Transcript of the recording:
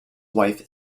wife